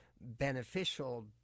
beneficial